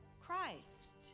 Christ